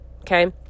Okay